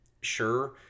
sure